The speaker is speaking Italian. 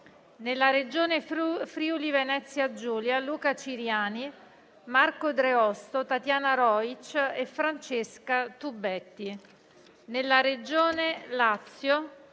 nella Regione Friuli-Venezia Giulia: Luca Ciriani, Marco Dreosto, Tatiana Rojc e Francesca Tubetti; nella Regione Lazio: